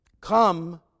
Come